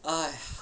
!aiya!